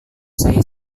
saya